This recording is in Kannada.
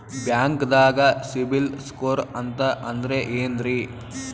ಬ್ಯಾಂಕ್ದಾಗ ಸಿಬಿಲ್ ಸ್ಕೋರ್ ಅಂತ ಅಂದ್ರೆ ಏನ್ರೀ?